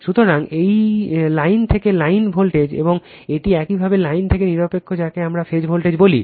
সুতরাং এটি লাইন থেকে লাইন ভোল্টেজ এবং এটি একইভাবে লাইন থেকে নিরপেক্ষ যাকে আমরা ফেজ ভোল্টেজ বলি